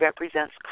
represents